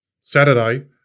Saturday